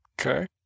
okay